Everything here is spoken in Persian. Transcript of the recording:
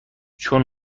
چون